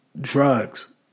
drugs